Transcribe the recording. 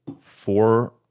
four